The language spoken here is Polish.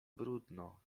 bródno